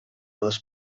dels